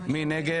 מי נגד?